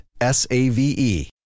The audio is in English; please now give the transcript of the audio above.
S-A-V-E